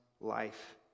life